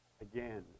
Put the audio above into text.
again